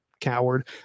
coward